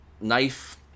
knife